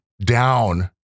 down